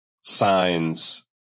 Signs